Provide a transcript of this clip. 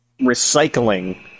recycling